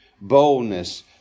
boldness